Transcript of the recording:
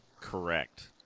correct